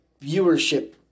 viewership